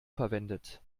verwendet